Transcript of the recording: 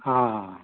ஆ